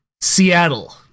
Seattle